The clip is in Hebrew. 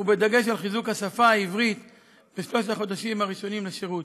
ובדגש על חיזוק השפה העברית בשלושת החודשים הראשונים לשירות.